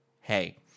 hey